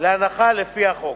להנחה לפי החוק.